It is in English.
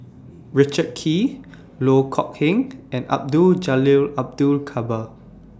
Richard Kee Loh Kok Heng and Abdul Jalil Abdul Kadir